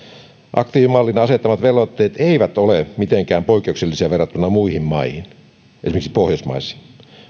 aktiivimallin asettamat velvoitteet eivät ole mitenkään poikkeuksellisia verrattuna muihin maihin esimerkiksi pohjoismaissa